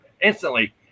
instantly